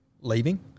leaving